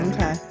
Okay